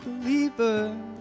believer